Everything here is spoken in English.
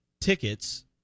tickets